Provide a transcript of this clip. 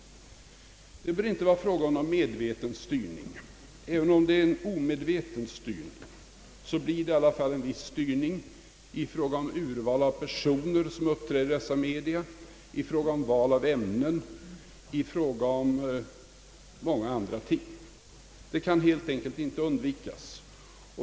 Det behöver inte vara fråga om en medveten styrning, men även om det är en omedveten styrning blir det i alla fall en viss styrning i fråga om urval av personer som uppträder i dessa media, i fråga om val av ämnen och i fråga om många andra ting. Detta kan helt enkelt inte undvikas.